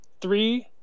three